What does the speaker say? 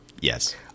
Yes